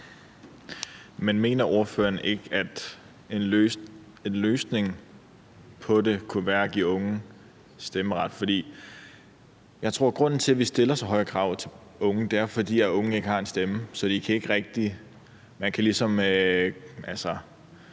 Men mener ordføreren ikke, at en løsning på det kunne være at give unge stemmeret? For jeg tror, at grunden til, at vi stiller så høje krav til de unge, er, at unge ikke har en stemme.